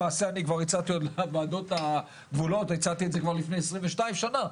למעשה אני עוד הצעתי בוועדות הגבולות כבר לפני עשרים ושתיים שנה.